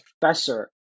professor